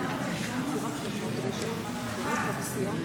ואז השרה סטרוק הגיעה והצבענו.